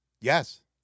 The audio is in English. yes